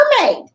mermaid